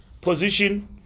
position